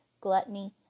gluttony